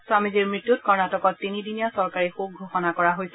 স্বামীজীৰ মৃত্যুত কৰ্ণটকত তিনিদিনীয়া চৰকাৰী শোক ঘোষণা কৰা হৈছে